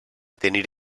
tenir